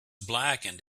blackened